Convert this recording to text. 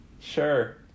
Sure